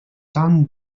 tan